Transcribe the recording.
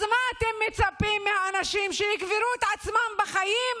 אז מה אתם מצפים מהאנשים, שיקברו את עצמם בחיים?